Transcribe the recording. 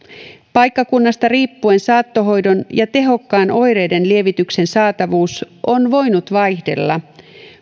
paikkakunnasta riippuen saattohoidon ja tehokkaan oireiden lievityksen saatavuus on voinut vaihdella